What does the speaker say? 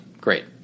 Great